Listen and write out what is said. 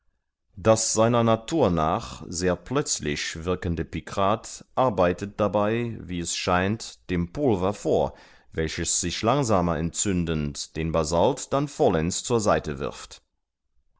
das seiner natur nach sehr plötzlich wirkende pikrat arbeitet dabei wie es scheint dem pulver vor welches sich langsamer entzündend den basalt dann vollends zur seite wirft